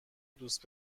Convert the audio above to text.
دوست